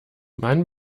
man